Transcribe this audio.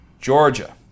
Georgia